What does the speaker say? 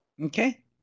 Okay